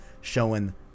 showing